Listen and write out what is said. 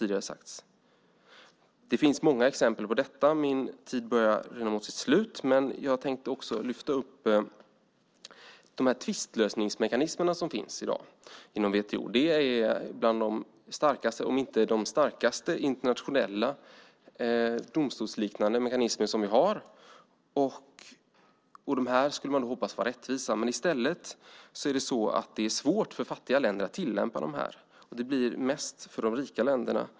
Det finns många exempel på detta. Min tid börjar rinna mot sitt slut, men jag tänkte också lyfta upp de tvistlösningsmekanismer som i dag finns inom WTO. Det är bland de starkaste om inte de allra starkaste internationella domstolsliknande mekanismer vi har. Man kunde hoppas att de skulle vara rättvisa. I stället är det svårt för fattiga länder att tillämpa dem. Det blir mest för de rika länderna.